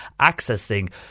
accessing